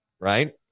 Right